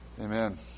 Amen